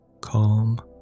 Calm